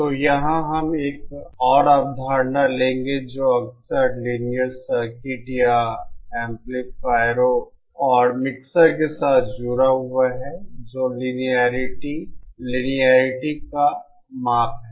तो यहाँ हम एक और अवधारणा लेंगे जो अक्सर लीनियर सर्किट या एम्पलीफायरों और मिक्सर के साथ जुड़ा हुआ है जो कि लिनियेरिटी लिनियेरिटी का माप है